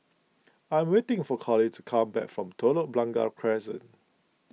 I'm waiting for Coley to come back from Telok Blangah Crescent